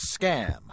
scam